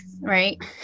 right